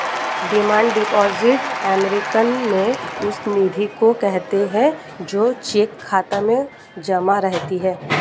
demand deposit American में उस निधि को कहते हैं जो चेक खाता में जमा रहती है